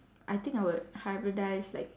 I think I would hybridise like